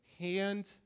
Hand